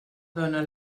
dóna